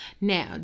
Now